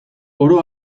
oro